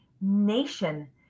nation